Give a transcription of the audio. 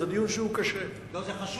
זה דיון שהוא קשה, זה חשוב.